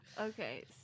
Okay